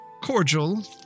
cordial